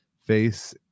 face